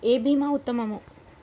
ఏ భీమా ఉత్తమము?